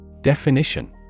Definition